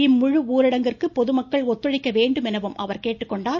இம்முழு ஊரடங்கிற்கு பொதுமக்கள் ஒத்துழைக்க வேண்டும் என அவர் கேட்டுக்கொண்டார்